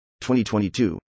2022